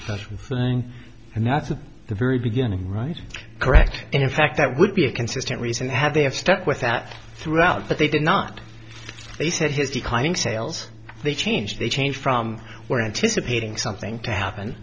right thing and that's the very beginning right correct and in fact that would be a consistent reason had they have stuck with that throughout that they did not they said his declining sales they change they change from where anticipating something to happen